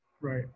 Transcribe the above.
Right